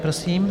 Prosím.